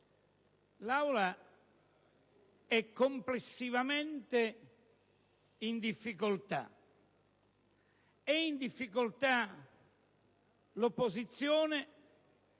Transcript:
l'Aula è complessivamente in difficoltà. È in difficoltà l'opposizione,